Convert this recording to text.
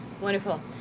Wonderful